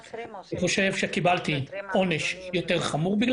משר המשפטים לא קיבלתי שום התייחסות כמובן,